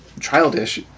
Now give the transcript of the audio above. childish